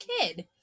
kid